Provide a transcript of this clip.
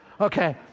Okay